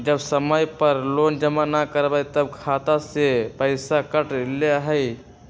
जब समय पर लोन जमा न करवई तब खाता में से पईसा काट लेहई?